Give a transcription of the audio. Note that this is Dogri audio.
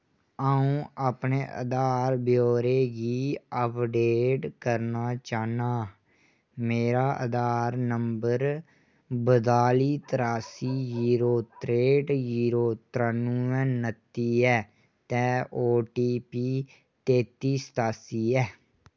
अ'ऊं अपने आधार ब्यौरे गी अपडेट करना चाह्न्नां मेरा आधार नंबर बत्ताली त्रासी जीरो त्रेंह्ट जीरो त्रानुऐ नत्ती ऐ ते ओटीपी तेती सतासी ऐ